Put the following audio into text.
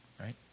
right